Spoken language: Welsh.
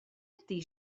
ydy